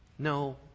no